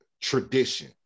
tradition